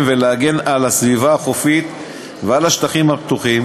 ולהגן על הסביבה החופית ועל השטחים הפתוחים,